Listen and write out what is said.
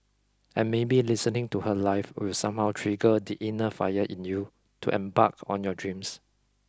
and maybe listening to her live will somehow trigger the inner fire in you to embark on your dreams